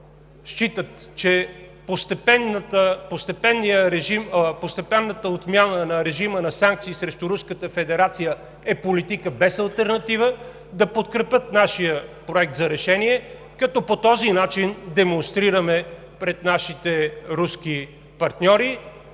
считат, че постепенната отмяна на режима на санкции срещу Руската федерация е политика без алтернатива, да подкрепят нашия Проект на решение, като по този начин демонстрираме пред нашите руски партньори